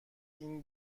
این